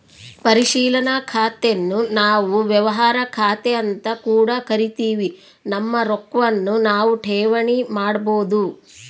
ಪರಿಶೀಲನಾ ಖಾತೆನ್ನು ನಾವು ವ್ಯವಹಾರ ಖಾತೆಅಂತ ಕೂಡ ಕರಿತಿವಿ, ನಮ್ಮ ರೊಕ್ವನ್ನು ನಾವು ಠೇವಣಿ ಮಾಡಬೋದು